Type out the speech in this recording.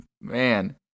man